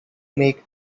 make